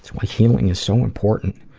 why healing is so important.